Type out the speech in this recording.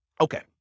okay